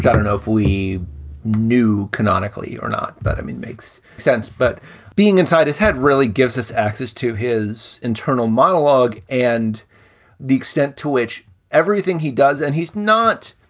kind of know if we knew canonically or not, but i mean, makes sense. but being inside his head really gives us access to his internal monologue and the extent to which everything he does and he's not,